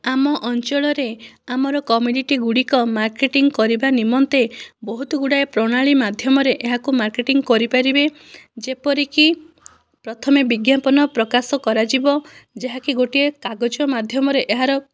ଆମ ଅଞ୍ଚଳରେ ଆମର କମ୍ୟୁନିଟି ଗୁଡ଼ିକ ମାର୍କେଟିଂ କରିବା ନିମନ୍ତେ ବହୁତ ଗୁଡ଼ାଏ ପ୍ରଣାଳୀ ମାଧ୍ୟମରେ ଏହାକୁ ମାର୍କେଟିଙ୍ଗ କରିପାରିବେ ଯେପରିକି ପ୍ରଥମେ ବିଜ୍ଞାପନ ପ୍ରକାଶ କରାଯିବ ଯାହାକି ଗୋଟିଏ କାଗଜ ମାଧ୍ୟମରେ ଏହାର